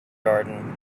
garden